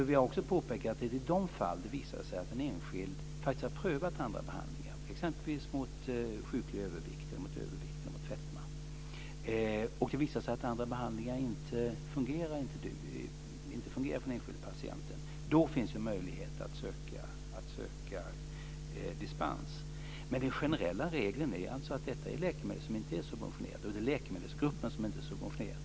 Vi har också påpekat att i de fall då en enskild patient faktiskt prövar andra behandlingar, exempelvis mot övervikt eller fetma, och det visar sig att de behandlingarna inte fungerar finns det möjlighet att söka dispens. Men den generella regeln är alltså att detta är läkemedel som inte är subventionerade, och det är läkemedelsgruppen som inte är subventionerad.